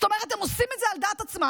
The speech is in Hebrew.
זאת אומרת, הם עושים את זה על דעת עצמם.